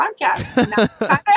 podcast